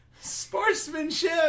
Sportsmanship